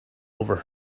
over